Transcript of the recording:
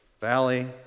valley